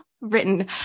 written